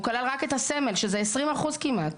הוא כלל רק את הסמל שזה 20% כמעט.